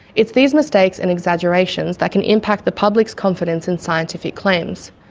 it's these mistakes and exaggerations that can impact the publics' confidence in scientific claims.